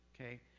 okay